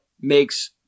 makes